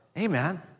Amen